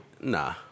Nah